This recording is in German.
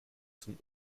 zum